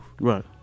Right